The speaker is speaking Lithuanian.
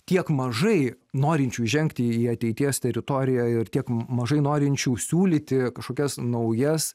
tiek mažai norinčių įžengti į ateities teritoriją ir tiek m mažai norinčių siūlyti kažkokias naujas